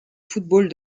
football